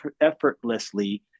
effortlessly